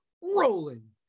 Rolling